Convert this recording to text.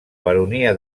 baronia